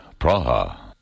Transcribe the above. Praha